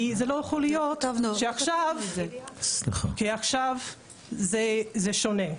כי זה לא יכול להיות שעכשיו, כי עכשיו זה שונה.